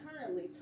currently